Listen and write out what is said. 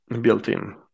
Built-in